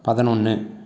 பதனொன்று